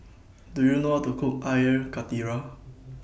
Do YOU know How to Cook Air Karthira